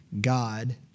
God